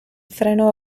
freno